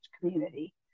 community